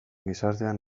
gizartean